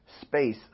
space